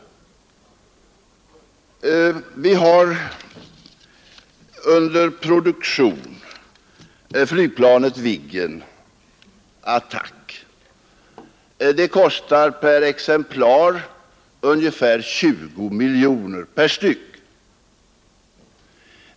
Vi har under produktion flygplanet Attackviggen. Det kostar per exemplar knappt 20 miljoner kronor.